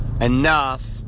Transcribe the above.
enough